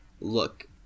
look